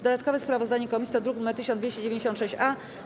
Dodatkowe sprawozdanie komisji to druk nr 1296-A.